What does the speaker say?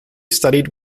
studied